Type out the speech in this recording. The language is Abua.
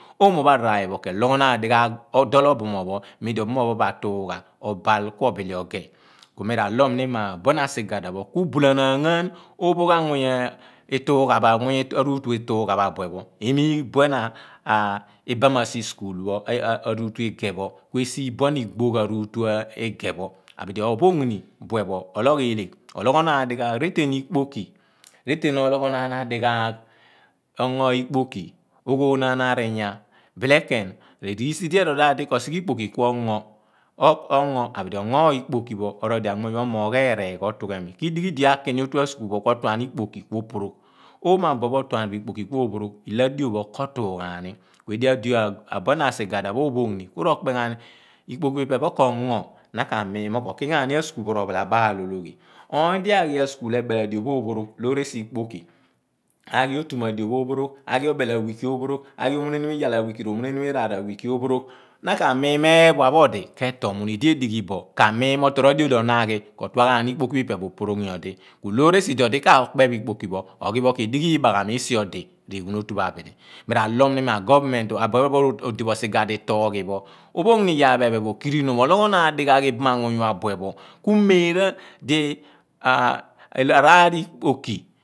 Oomo pho araaraar pho i phen pho keloghonaan dighaag doọl obumoony pho mem di obumoony pho ama obaal, kuoḇeli ogeh mi raloon ni mo a buen a sigada pho kubulamaam ghan ophoogh amuuny ituugha pho rutu ituug a pho abue pho emieegh buen baam aruutu ige pho kue si buen igboogh aruutu ige pho abidi ophoogh ni bue pho oloogh eeleegh, ologhonan dighaagh retean ikpoki retean ologhonaan adighaagh ongo ikpoki, oghonaan ariyaa belekeen riisi di erolmaadi ko sighe ikpoki kuongo abidi ongo ni ikpoki pho erool di a muny pho omoogh eereegh otuugha kidighi idi, akini otua school pho, kuo tuuan ikpoki kuoporoogh. Oomo abue pho otuan bo ikpoki kuo pho roogh olo adio pho ko tuu ghaani edighi iyaar di abuen asighada pho ophengh ni ku r'okpeghan ikpoki phi pe pho kongo na ka miin mo kok ighaan ni a school pho ro phaalabaal ologhi oony di aghi a school pho ebeel a adio pho ku opho roogh loọr esi ikpoki, aghi, etuum adio, pho ophoroogh, aghi obeel a weeki ophoroogh, omunemom iyaal ophoroogh, omunemum iraar aweeki ophoroogh, na ka min ni mo ephua pho odi ke tool muun idi edighi bo kamiini mo tro adio di odi aghi otuan ghan ikpoki phi pe pho oporoogh nyodi. Loor esi di odi koopeh bo ikpoki pho ipe pho oghi pho kedighi igbaạghạmi esi odi reghuun otu pho abidi miraloom ni ma governmen, abuphe pho odi bo esi aghada itooghi pho opoogh ni iyaar pho ephen pho okiririom ologho naan dighaagh ibaam amuuny pho a bue pho. Ku meera di araar ikpoki.